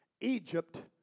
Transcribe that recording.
Egypt